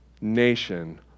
nation